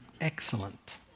excellent